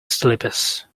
slippers